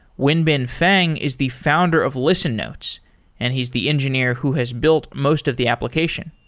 wenbin fang is the founder of listen notes and he's the engineer who has built most of the application.